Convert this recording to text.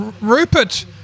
Rupert